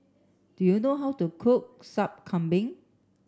do you know how to cook Sup Kambing